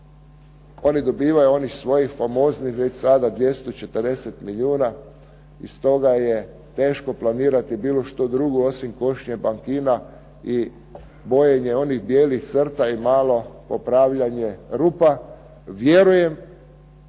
Oni dobivaju onih svojih famoznih već sada 240 milijuna i stoga je teško planirati bilo što drugo osim košnje bankina i bojenje onih bijelih crta i malo popravljanje rupa. Vjerujem